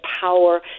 power